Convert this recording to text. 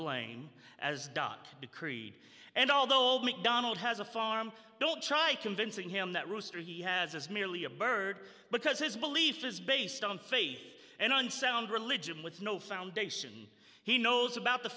blame as doc decreed and all the old macdonald has a farm don't try convincing him that rooster he has is merely a bird because his belief is based on faith and unsound religion with no foundation he knows about the